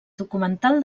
documental